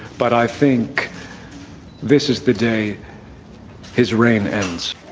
but i think this is the day his reign ends